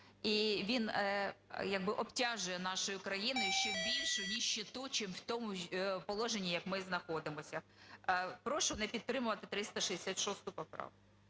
якби обтяжує нашу країну ще в більшу ніщету, чим в тому положенні як ми знаходимося. Прошу не підтримувати 366 поправку.